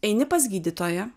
eini pas gydytoją